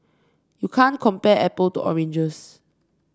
you can't compare apples to oranges